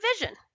vision